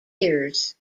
years